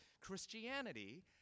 Christianity